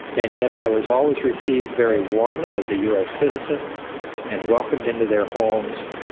and yet i was always received very warmly as a us citizen and welcomed into their homes,